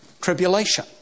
tribulation